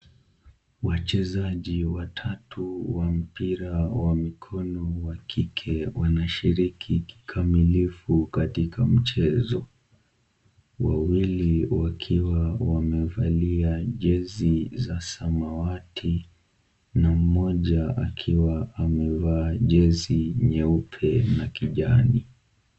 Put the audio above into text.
Wachezaji watatu wa mpira wa mikono wa kike wanashiriki kikamilifu katika mchezo. Wawili wakiwa wamevalia jezi za samawati na mmoja akiwa amevaa jezi nyeupe na kijani.